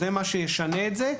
זה מה שישנה את זה,